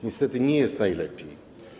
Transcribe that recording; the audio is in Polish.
Niestety nie jest najlepiej.